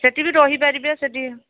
ସେଇଠି ବି ରହିପାରିବେ ସେଇଠି